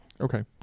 Okay